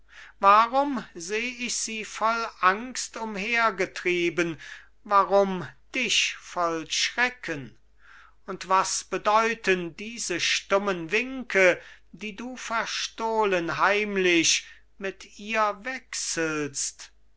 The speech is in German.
warum seh ich sie voll angst umhergetrieben warum dich voll schrecken und was bedeuten diese stummen winke die du verstohlen heimlich mit ihr wechselst